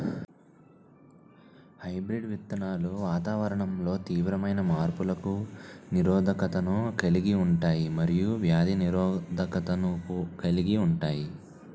hybrid విత్తనాలు వాతావరణంలో తీవ్రమైన మార్పులకు నిరోధకతను కలిగి ఉంటాయి మరియు వ్యాధి నిరోధకతను కలిగి ఉంటాయి